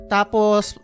Tapos